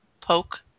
Poke